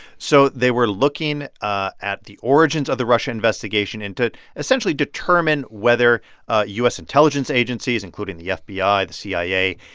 so they were looking ah at the origins of the russian investigation and to essentially determine whether u s. intelligence agencies, including the fbi, the cia,